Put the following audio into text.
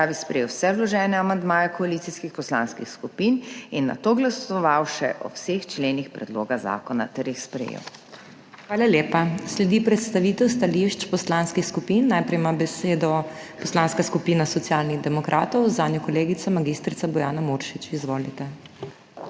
Hvala lepa. Sledi predstavitev stališč poslanskih skupin. Najprej ima besedo Poslanska skupina Socialnih demokratov, zanjo kolegica mag. Bojana Muršič. Izvolite.